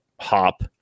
hop